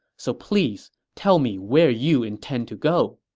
so please tell me where you intend to go.